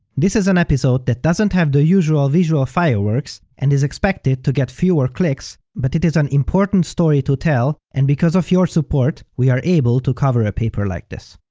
this is an episode that doesn't have the usual visual fireworks and is expected to get fewer clicks, but it is an important story to tell, and because of your support, we are able to cover a paper like this.